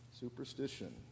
Superstition